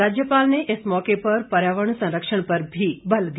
राज्यपाल ने इस मौके पर पर्यावरण संरक्षण पर भी बल दिया